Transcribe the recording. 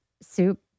soup